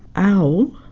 owl,